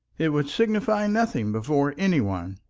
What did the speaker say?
it would signify nothing before anybody.